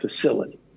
facility